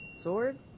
Sword